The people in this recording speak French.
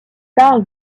parlent